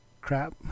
crap